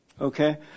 Okay